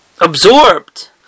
absorbed